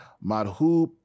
Madhu